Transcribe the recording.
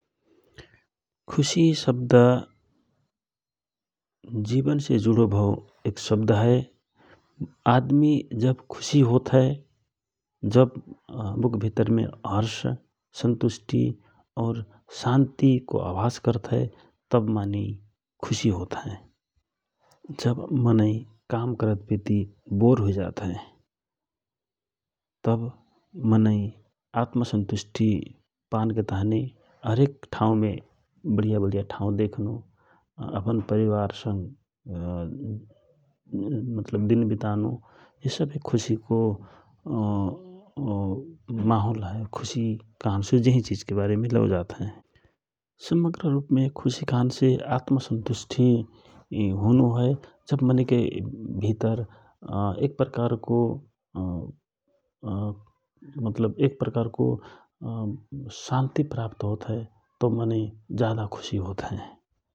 खुशि शब्द जिवन से जुडो भव एक शब्द हए । आदमी जव खुशि होत हए ,जब बुक भितरमे हर्ष सन्तुष्टि और शान्तिको अभास करत हए तव मनै खुशि होत हए जब मनै काम करत पेति बोर हुइजात हए तव मनै आत्मसन्तुष्टि पानके ताँहि हरेक ठाउमे बढिया ठाउ देखनो अपन परिवार संग मतलब दिन वितानो जे सव खुशिको माहोल हए खुशि कहन्से जेहि चिज के बारेमे लौ जात हए । समग्र रूपमे खुशि कहन्से आत्मसन्तुष्टि होनो हए । जब मनै के भितर एक प्रकारको मतलब एक प्रकारको शान्ति प्राप्त होत हए तव मनै जाधा खुशि होतहए ।